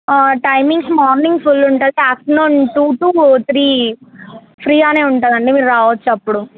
timings morning full ఉంటుంది afternoon two to three ఫ్రీగా ఉంటుంది అండి మీరు రావచ్చు అప్పుడు